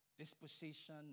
Disposition